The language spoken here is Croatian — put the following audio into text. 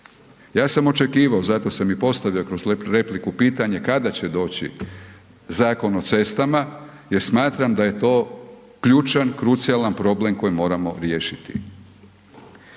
Ja sam i očekivao zato sam i postavio kroz repliku pitanje kada će doći Zakon o cestama jer smatram da je to ključan krucijalan problem koji moramo riješiti.